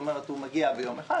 כלומר הוא מגיע ביום אחד,